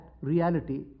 reality